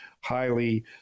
highly